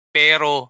pero